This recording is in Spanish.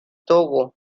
togo